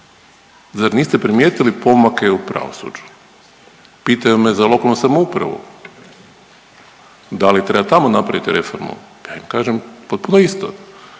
zar niste primijetili pomake u pravosuđu. Pitaju me za lokalnu samoupravu, da li treba tamo napraviti reformu, pa ja im kažem potpuno isto.